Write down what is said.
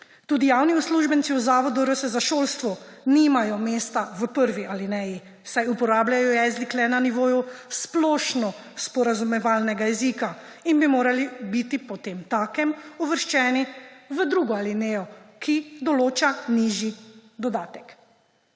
Tudi javni uslužbenci v Zavodu RS za šolstvo nimajo mesta v prvi alineji, saj uporabljajo jezik le na nivoju splošno sporazumevalnega jezika in bi morali biti potemtakem uvrščeni v drugo alinejo, ki določa nižji dodatek.